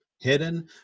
hidden